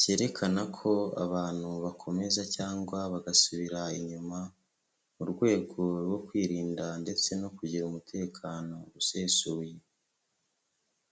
cyerekana ko abantu bakomeza cyangwa bagasubira inyuma. Mu rwego rwo kwirinda ndetse no kugira umutekano usesuye.